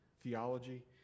theology